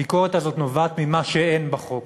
הביקורת הזאת נובעת ממה שאין בחוק,